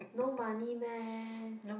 no money meh